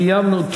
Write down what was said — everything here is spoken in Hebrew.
סיימנו את